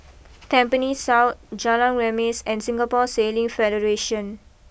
Tampines South Jalan Remis and Singapore Sailing Federation